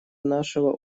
нашего